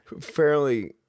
fairly